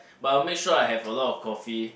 but I'll make sure I have a lot of coffee